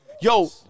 Yo